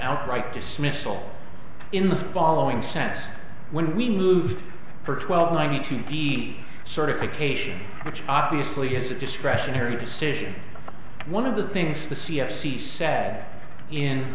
outright dismissal in the following sense when we moved for twelve nineteen p certification which obviously is a discretionary decision one of the things the c f c sad in